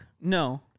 No